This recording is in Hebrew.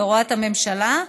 בהוראת הממשלה,